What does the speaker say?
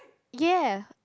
ya